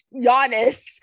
Giannis